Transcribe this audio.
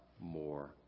more